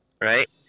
right